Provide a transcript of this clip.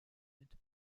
mit